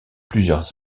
plusieurs